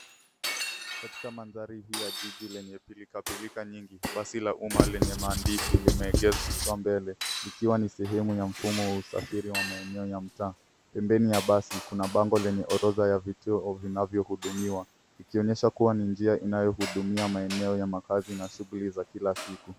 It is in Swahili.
Katika mandhari hii ya jiji lenye pilikapilika nyingi. Basi la umma lenye maandishi limeegeshwa mbele likiwa ni sehemu la mfumo wa usafirir wa maeneo ya mtaa. Pembeni ya basi kuna bango lenye orodha ya vituo vinavyo hudumiwa ikionyesha kuwa ni njia inayohudumia maeneo ya makazi na shuguli za kila siku.